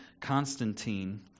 constantine